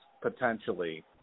potentially